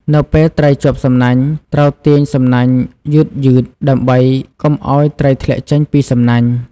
នៅពេលត្រីជាប់សំណាញ់ ត្រូវទាញសំណាញ់យឺតៗ ដើម្បីកុំឲ្យត្រីធ្លាក់ចេញពីសំណាញ់។